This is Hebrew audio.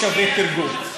לא שווה תרגום.